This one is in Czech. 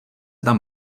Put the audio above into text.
tam